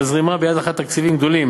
מזרימה ביד אחת תקציבים גדולים